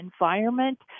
environment